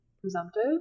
presumptive